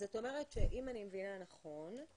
זאת אומרת, אם אני מבינה נכון,